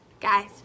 guys